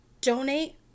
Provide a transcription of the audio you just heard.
donate